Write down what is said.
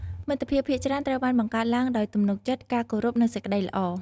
មិត្តភាពភាគច្រើនត្រូវបានបង្កើតឡើងដោយទំនុកចិត្ត ការគោរព និងសេចក្ដីល្អ។